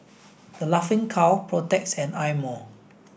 The Laughing Cow Protex and Eye Mo